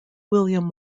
william